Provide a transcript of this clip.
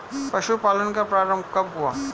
पशुपालन का प्रारंभ कब हुआ?